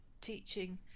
teaching